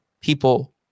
people